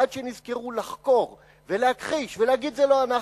ועד שנזכרו לחקור ולהכחיש ולהגיד: זה לא אנחנו,